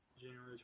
January